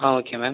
ah okay ma'am